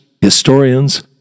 historians